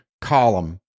column